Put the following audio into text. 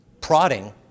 Prodding